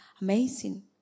amazing